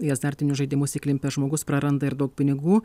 į azartinius žaidimus įklimpęs žmogus praranda ir daug pinigų